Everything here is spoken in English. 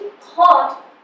thought